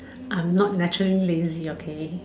I'm not naturally lazy okay